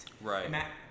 Right